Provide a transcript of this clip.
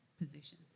position